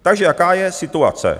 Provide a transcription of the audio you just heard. Takže jaká je situace?